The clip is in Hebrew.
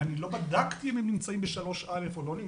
אני לא בדקתי אם הם נמצאים בסעיף או לא,